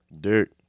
Dirt